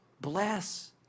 Bless